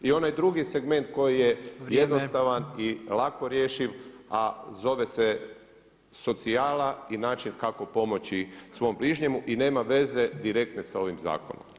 I onaj drugi segment koji je jednostavan [[Upadica: Vrijeme.]] i lako rješiv a zove se socijala i način kako pomoći svom bližnjemu i nema veze direktne sa ovim zakonom.